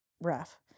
rough